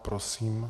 Prosím.